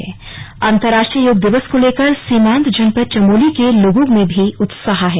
slug योग चमोली अंतरराष्ट्रीय योग दिवस को लेकर सीमांत जनपद चमोली के लोगों में भी उत्साह है